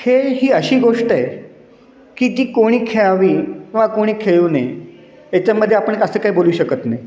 खेळ ही अशी गोष्ट आहे की ती कोणी खेळावी वा कोणी खेळू नये याच्यामध्ये आपण असं काही बोलू शकत नाही